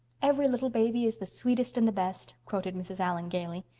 every little baby is the sweetest and the best quoted mrs. allan gaily.